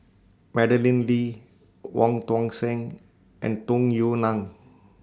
Madeleine Lee Wong Tuang Seng and Tung Yue Nang